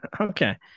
Okay